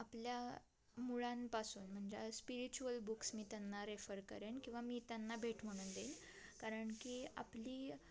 आपल्या मुळांपासून म्हणजे स्पिरिच्युअल बुक्स मी त्यांना रेफर करेन किंवा मी त्यांना भेट म्हणून देईन कारण की आपली